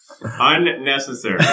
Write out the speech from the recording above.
Unnecessary